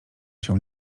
się